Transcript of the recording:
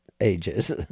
ages